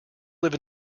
live